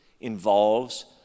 involves